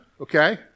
okay